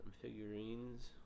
figurines